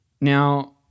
Now